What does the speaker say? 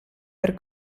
per